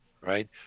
right